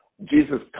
Jesus